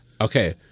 Okay